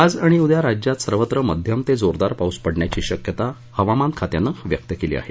आज आणि उद्या राज्यात सर्वत्र मध्यम ते जोरदार पाऊस पडण्याची शक्यता हवामान खात्यानं व्यक्त केली आहे